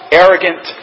arrogant